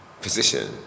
position